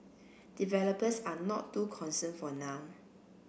developers are not too concerned for now